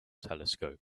telescope